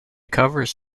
covers